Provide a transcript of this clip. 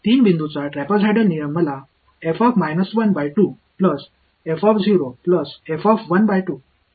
तर 3 बिंदूचा ट्रेपेझॉइडल नियम मला देईल